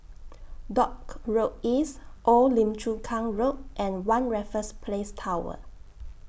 Dock Road East Old Lim Chu Kang Road and one Raffles Place Tower